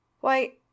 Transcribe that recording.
Why